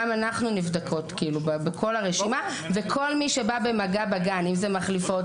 גם אנחנו נבדקות בכל הרשימה וכל מי שבא במגע בגן אם אלה מחליפות,